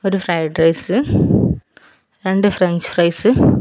ഒരു ഫ്രൈഡ്രൈസ് രണ്ട് French fries